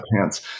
pants